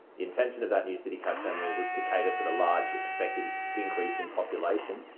the intention of that new citycat terminal was to cater for the large expected increase in population